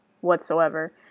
whatsoever